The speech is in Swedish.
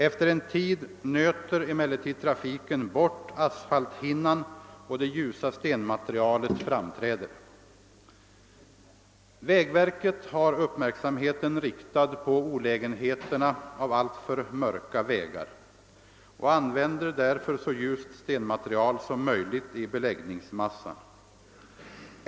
Efter en tid nöter emellertid trafiken bort asfalthinnan och det ljusa stenmaterialet framträder. Vägverket har uppmärksamheten riktad på olägenheterna av alltför mörka vägar och använder därför så ljust stenmaterial som möjligt i beläggningsmassan.